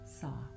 soft